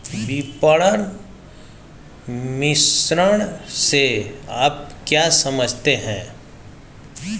विपणन मिश्रण से आप क्या समझते हैं?